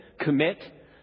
commit